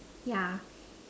yeah